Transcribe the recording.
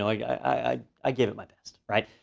like i i gave it my best, right?